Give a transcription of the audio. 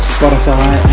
Spotify